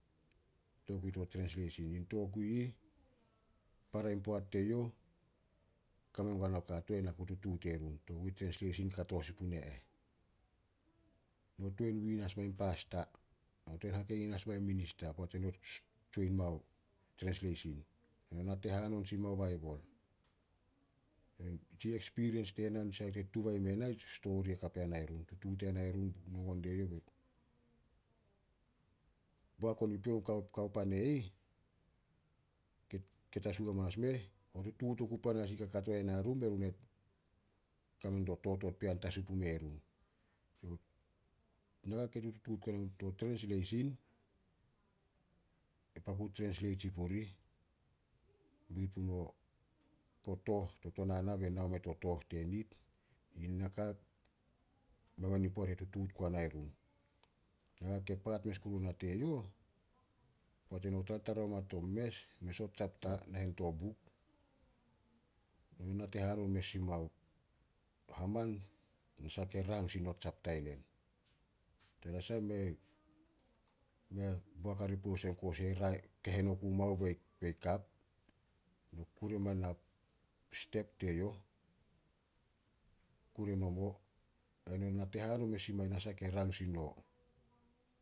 Tokui to trensleisin. In tokui ih, para poat teyouh kame gua nao katuun ai na ku tutuut yerun. Tokui trensleisin kato sin pune eh. No tuan win as main Pasta no tuan hakenin as main Minista poat eno join mao trensleisin. No nate hanon sin mao baibol. Tsi ekspiriens tena tuba ime na tutuut yanai run. Nongon dieyouh be boak on i pion, kao- kao pan e ih, tasu hamanas meh, o tutuut oku panas i ih kakato yana run be run e kame dio totot pea an tasu pume run. Naka ke tututuut guana to trensleisin, e papu trensleit sin purih, kui pumo to tooh to tonana be nao meh to tooh tenit, mamein in poat tutuut guanai run. Naka ke paat mes kuru ona teyouh, poat eno tartara o ma to mes- mes o tsapta nahen to Buk, nate hanon mes sin mao haman, nasah ke rang sin no tsapta i nen. Tanasah mei- mei a boak hare puh kehen oku mao bei- bei kap. No kure mao step teyouh, kure nomo ai no nate hanon mes sin mai nasah ke rang sin no